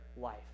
life